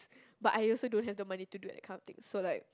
but I also don't have the money to do that kind of thing so like